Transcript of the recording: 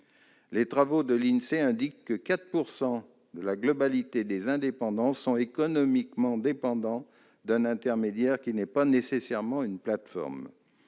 Les travaux de l'Insee indiquent que 4 % de l'ensemble des indépendants sont économiquement dépendants d'un intermédiaire, qui n'est pas nécessairement une plateforme.